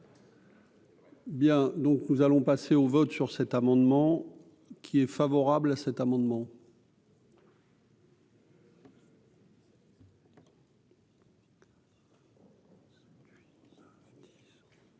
Bien, donc nous allons passer au vote sur cet amendement, qui est favorable à cet amendement.